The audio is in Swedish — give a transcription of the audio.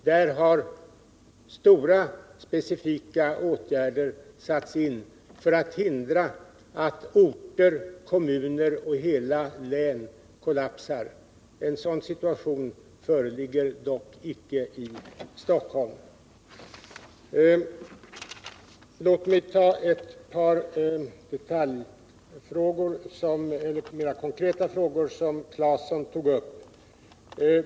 Där har omfattande specifika åtgärder satts in för att hindra att orter, kommuner och hela län kollapsar. En sådan situation föreligger dock icke i Stockholm. Låt mig gå in på ett par mera konkreta frågor som Tore Claeson tog upp.